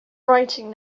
writing